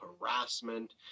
harassment